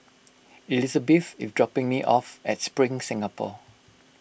Elisabeth is dropping me off at Spring Singapore